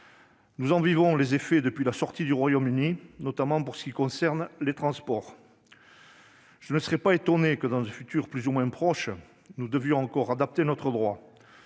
Nous en vivons les effets depuis la sortie du Royaume-Uni, notamment pour ce qui concerne les transports. Je ne serais pas étonné que, dans un futur plus ou moins proche, nous devions encore adapter notre droit.